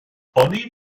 oni